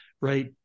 right